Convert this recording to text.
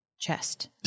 Chest